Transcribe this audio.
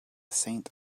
saint